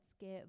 get